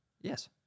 Yes